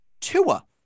Tua